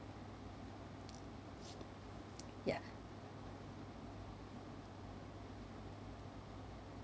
ya